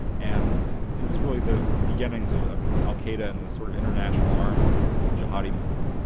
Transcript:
and it was really the beginnings of of al qaeda and the sort of international armed jihadi movement.